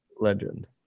Legend